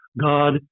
God